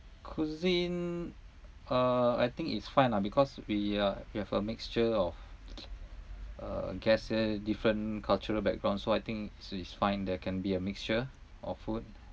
cuisine uh I think it's fine lah because we are we have a mixture of uh guests uh different cultural backgrounds so I think so it's fine there can be a mixture of food